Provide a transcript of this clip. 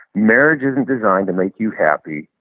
marriage isn't designed to make you happy.